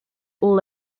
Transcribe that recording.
all